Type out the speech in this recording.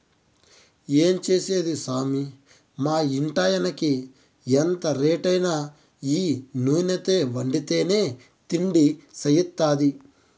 ఏం చేసేది సామీ మా ఇంటాయినకి ఎంత రేటైనా ఈ నూనెతో వండితేనే తిండి సయిత్తాది